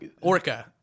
orca